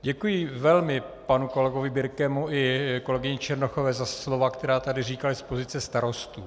Děkuji velmi panu kolegovi Birkemu i kolegyni Černochové za slova, která tady říkali z pozice starostů.